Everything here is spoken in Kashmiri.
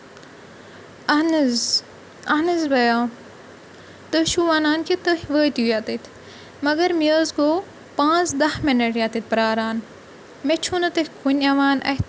اہن حظ اہن حظ بیا تُہۍ چھِو وَنان کہِ تُہۍ وٲتِو ییٚتٮ۪تھ مگر مےٚ حظ گوٚو پانٛژھ دَہ مِنَٹ ییٚتہِ پیاران مےٚ چھُو نہٕ تُہۍ کُنہِ یِوان اَتھِ